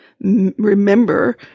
remember